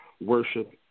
worship